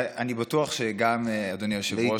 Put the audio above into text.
אני בטוח שגם אדוני היושב-ראש,